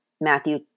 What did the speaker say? Matthew